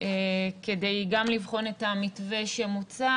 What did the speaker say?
כדי גם לבחון את המתווה שמוצע,